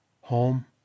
home